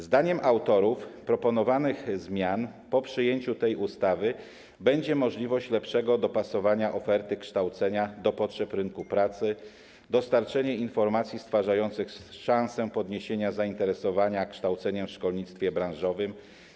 Zdaniem autorów proponowanych zmian po przyjęciu tej ustawy będzie możliwość lepszego dopasowania oferty kształcenia do potrzeb rynku pracy, dostarczenie informacji stwarzających szansę podniesienia zainteresowania kształceniem w szkolnictwie branżowym.